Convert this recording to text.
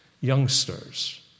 Youngsters